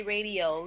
Radio